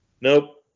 Nope